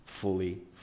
fully